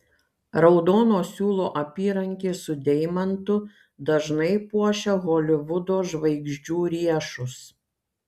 raudono siūlo apyrankė su deimantu dažnai puošia holivudo žvaigždžių riešus